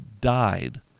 died